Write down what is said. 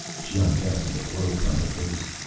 she unfastened a globe from her waist.